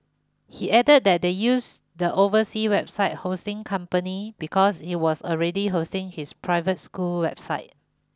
he added that they used the overseas website hosting company because it was already hosting his private school website